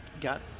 got